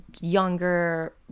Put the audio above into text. younger